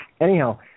anyhow